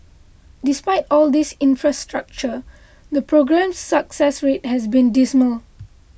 despite all this infrastructure the programme's success rate has been dismal